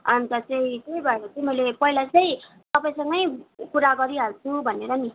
अन्त चाहिँ त्यही भएर चाहिँ मैले पहिला चाहिँ तपाईँसँगै कुरा गरिहाल्छु भनेर नि